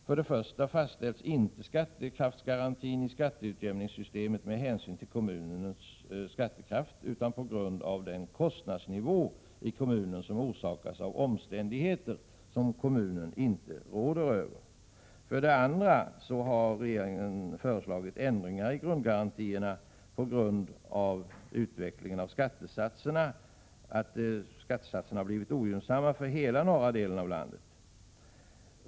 För det första fastställs inte skattekraftsgarantin i skatteutjämningssystemet med hänsyn till kommunens skattekraft utan på grund av den kostnadsnivå i kommunen som orsakas av omständigheter som kommunen inte råder över. För det andra har regeringen föreslagit ändringar i grundgarantierna med hänsyn till att skattesatserna har blivit ogynnsamma för hela norra delen av landet.